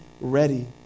ready